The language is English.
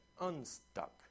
unstuck